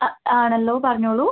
അ ആണല്ലോ പറഞ്ഞോളൂ